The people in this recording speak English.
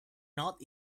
not